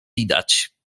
widać